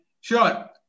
sure